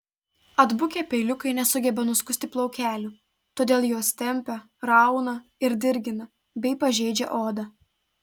atbukę peiliukai nesugeba nuskusti plaukelių todėl juos tempia rauna ir dirgina bei pažeidžia odą